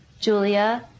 Julia